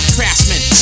Craftsman